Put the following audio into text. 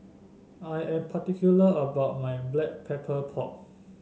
I am particular about my Black Pepper Pork